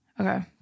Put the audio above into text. Okay